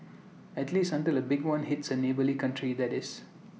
at least until A big one hits A neighbouring country that is